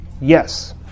yes